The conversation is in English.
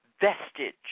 vestige